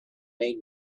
made